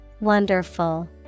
Wonderful